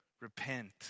Repent